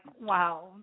wow